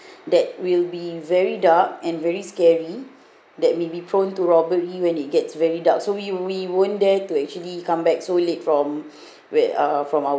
that will be very dark and very scary that may be prone to robbery when it gets very dark so we we weren't there to actually come back so late from where uh from our